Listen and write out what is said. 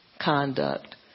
conduct